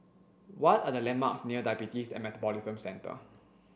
what are the landmarks near Diabetes and Metabolism Centre